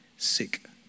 Sick